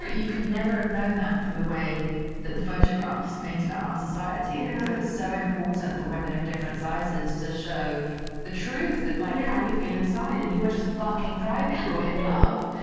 but you could never have known that from the way that the photographs painted our ah society. yeah so it's so important for women of different sizes to show the truth of like how we feel inside. and you are just fucking thriving in love.